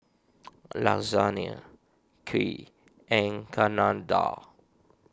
Lasagna Kheer and Chana Dal